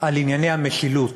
על ענייני המשילות.